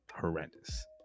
horrendous